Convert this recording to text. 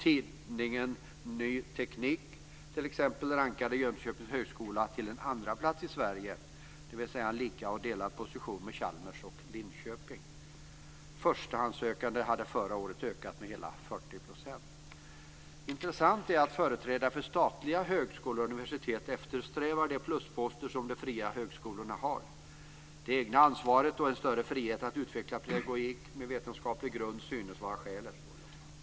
Tidningen Ny Teknik rankade t.ex. Jönköpings högskola till en andra plats i Sverige, dvs. lika och delad position med Chalmers och Linköping. Förstahandssökningen hade förra året ökat med hela 40 %. Intressant är att företrädare för statliga högskolor och universitet eftersträvar de plusposter som de fria högskolorna har. Det egna ansvaret och en större frihet att utveckla pedagogik med vetenskaplig grund synes vara skälet.